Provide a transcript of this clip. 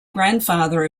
grandfather